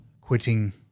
quitting